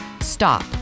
Stop